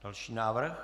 Další návrh.